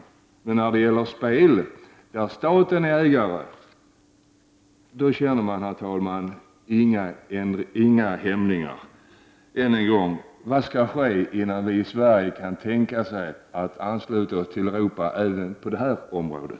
När det däremot gäller spel som staten är ägare till känner man inga hämningar. Än en gång vill jag fråga: Vad skall ske innan vi i Sverige kan tänka oss att ansluta oss till Europa även på det här området?